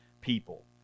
people